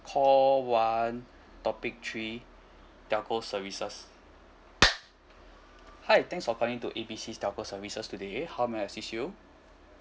call one topic three telco services hi thanks for calling to A B C telco services today how may I assist you